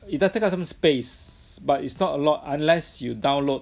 it does take up some space but it's not a lot unless you download